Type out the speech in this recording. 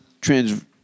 trans